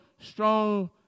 strong